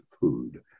food